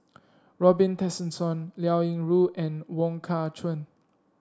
Robin Tessensohn Liao Yingru and Wong Kah Chun